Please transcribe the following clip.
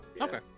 Okay